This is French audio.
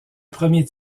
premier